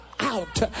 out